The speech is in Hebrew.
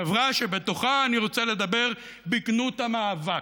חברה שבתוכה אני רוצה לדבר בגנות המאבק.